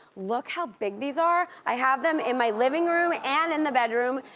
look how big these are. i have them in my living room and in the bedroom.